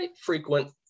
frequent